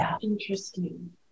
interesting